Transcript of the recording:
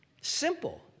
Simple